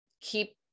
keep